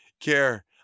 care